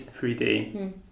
3D